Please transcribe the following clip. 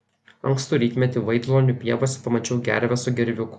ankstų rytmetį vaidlonių pievose pamačiau gervę su gerviuku